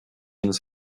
agus